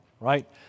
right